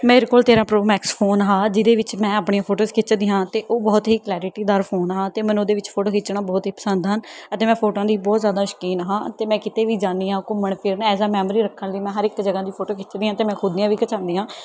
ਮੇਰੇ ਕੋਲ ਤੇਰ੍ਹਾਂ ਪਰੋ ਮੈਕਸ ਫੋਨ ਹੈ ਜਿਹਦੇ ਵਿੱਚ ਮੈਂ ਆਪਣੀਆਂ ਫੋਟੋਸ ਖਿੱਚਦੀ ਹਾਂ ਅਤੇ ਉਹ ਬਹੁਤ ਹੀ ਕਲੈਰਟੀਦਾਰ ਫੋਨ ਹੈ ਅਤੇ ਮੈਨੂੰ ਉਹਦੇ ਵਿੱਚ ਫੋਟੋ ਖਿੱਚਣਾ ਬਹੁਤ ਹੀ ਪਸੰਦ ਹਨ ਅਤੇ ਮੈਂ ਫੋਟੋਆਂ ਦੀ ਬਹੁਤ ਜ਼ਿਆਦਾ ਸ਼ੌਕੀਨ ਹਾਂ ਅਤੇ ਮੈਂ ਕਿਤੇ ਵੀ ਜਾਂਦੀ ਹਾਂ ਘੁੰਮਣ ਫਿਰਨ ਐਜ ਆ ਮੈਮਰੀ ਰੱਖਣ ਲਈ ਮੈਂ ਹਰ ਇੱਕ ਜਗ੍ਹਾ ਦੀ ਫੋਟੋ ਖਿੱਚਦੀ ਹਾਂ ਅਤੇ ਮੈਂ ਖੁਦ ਦੀਆਂ ਵੀ ਖਿੱਚਾਉਂਦੀ ਹਾਂ